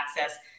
access